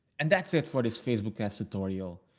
and that's it for this facebook and sartorial,